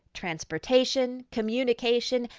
transportation? communication?